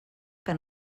que